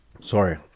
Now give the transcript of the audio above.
Sorry